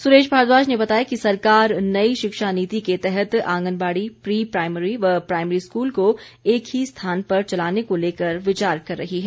सुरेश भारद्वाज ने बताया कि सरकार नई शिक्षा नीति के तहत आंगनबाड़ी प्री प्राइमरी व प्राइमरी स्कूल को एक ही स्थान पर चलाने को लेकर विचार कर रही है